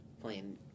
playing